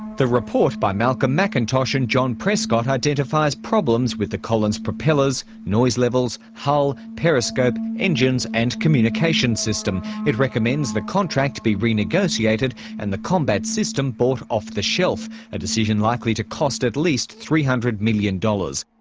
the report, by malcolm mcintosh and john prescott, identifies problems with the collins propellers, noise levels, hull, periscope, engines and communication system. it recommends the contract be re-negotiated and the combat system bought off the shelf, a decision likely to cost at least three hundred million dollars.